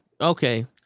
Okay